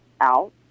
out